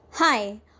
Hi